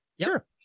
Sure